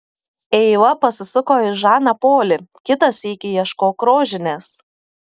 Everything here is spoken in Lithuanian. eiva pasisuko į žaną polį kitą sykį ieškok rožinės